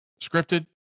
Scripted